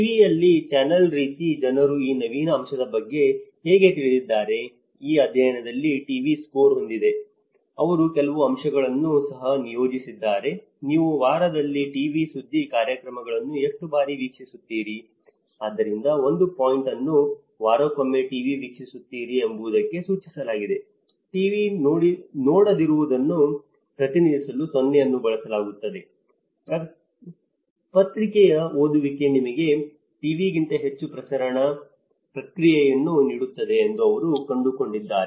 ಟಿವಿಯಲ್ಲಿನ channel ರೀತಿ ಜನರು ಈ ನವೀನ ಅಂಶದ ಬಗ್ಗೆ ಹೇಗೆ ತಿಳಿದಿದ್ದಾರೆ ಈ ಅಧ್ಯಯನದಲ್ಲಿ ಟಿವಿ ಸ್ಕೋರ್ ಹೊಂದಿದೆ ಅವರು ಕೆಲವು ಅಂಕಗಳನ್ನು ಸಹ ನಿಯೋಜಿಸಿದ್ದಾರೆ ನೀವು ವಾರದಲ್ಲಿ ಟಿವಿ ಸುದ್ದಿ ಕಾರ್ಯಕ್ರಮಗಳನ್ನು ಎಷ್ಟು ಬಾರಿ ವೀಕ್ಷಿಸುತ್ತೀರಿ ಆದ್ದರಿಂದ 1 ಪಾಯಿಂಟ್ ಅನ್ನು ವಾರಕ್ಕೊಮ್ಮೆ ಟಿವಿ ವೀಕ್ಷಿಸುತ್ತೀರಿ ಎಂಬುದಕ್ಕೆ ಸೂಚಿಸಲಾಗುತ್ತದೆ ಟಿವಿ ನೋಡದಿರುವುದನ್ನು ಪ್ರತಿನಿಧಿಸಲು 0 ಅನ್ನು ಬಳಸಲಾಗುತ್ತದೆ ಪತ್ರಿಕೆಯ ಓದುವಿಕೆ ನಿಮಗೆ ಟಿವಿಗಿಂತ ಹೆಚ್ಚು ಪ್ರಸರಣ ಪ್ರಕ್ರಿಯೆಯನ್ನು ನೀಡುತ್ತದೆ ಎಂದು ಅವರು ಕಂಡುಕೊಂಡಿದ್ದಾರೆ